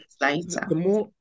Later